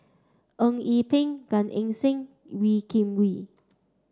Eng Yee Peng Gan Eng Seng Wee Kim Wee